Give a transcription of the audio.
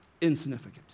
insignificant